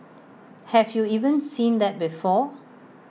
have you even seen that before